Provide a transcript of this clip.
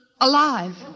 Alive